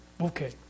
Okay